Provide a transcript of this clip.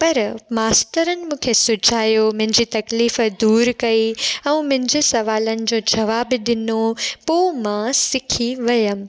पर मास्तरनि मूंखे सुझायो मुंहिंजे तकलीफ़ु दूरि कई ऐं मुंहिंजे सुवालनि जो जवाब ॾिनो पोइ मां सिखी वियमि